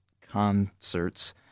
concerts